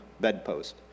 bedpost